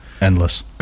Endless